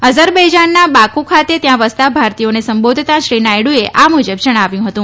અઝરબૈજાનના Baku ખાતે ત્યાં વસતા ભારતીયોને સંબોધતા શ્રી નાયડુએ આ મુજબ જણાવ્યું હતું